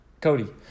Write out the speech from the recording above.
Cody